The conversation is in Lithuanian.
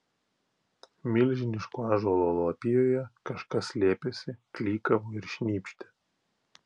milžiniško ąžuolo lapijoje kažkas slėpėsi klykavo ir šnypštė